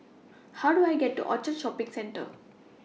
How Do I get to Orchard Shopping Centre